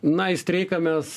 na į streiką mes